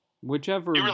whichever